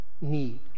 need